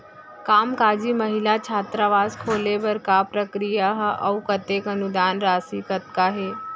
कामकाजी महिला छात्रावास खोले बर का प्रक्रिया ह अऊ कतेक अनुदान राशि कतका हे?